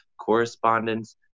correspondence